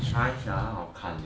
nice sia 很好看